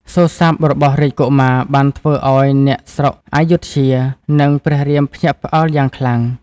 សូរស័ព្ទរបស់រាជកុមារ បានធ្វើឱ្យអ្នកស្រុកព្ធយុធ្យា និងព្រះរាមភ្ញាក់ផ្អើលយ៉ាងខ្លាំង។